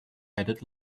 headed